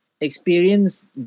experience